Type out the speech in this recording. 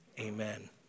amen